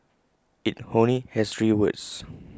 IT only has three words